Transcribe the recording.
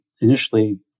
initially